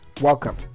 Welcome